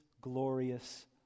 glorious